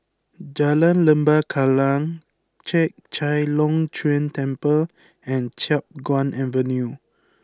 Jalan Lembah Kallang Chek Chai Long Chuen Temple and Chiap Guan Avenue